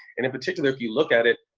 and in particular, if you look at it,